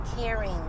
caring